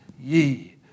ye